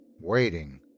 waiting